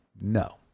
No